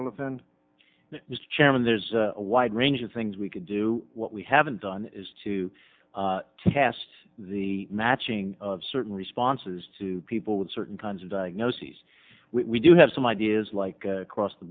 as chairman there's a wide range of things we could do what we haven't done is to test the matching of certain responses to people with certain kinds of diagnoses we do have some ideas like cross the